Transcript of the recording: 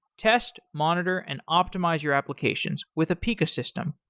test, monitor, and optimize your applications with apica system.